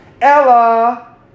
Ella